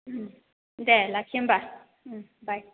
उम दे लाखि होमबा उम बाय